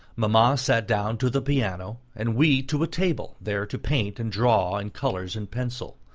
mamma sat down to the piano, and we to a table, there to paint and draw in colours and pencil.